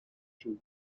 jews